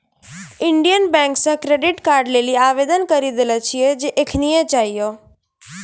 Indian Bank से credit card लेली आवेदन करी देले छिए जे एखनीये चाहियो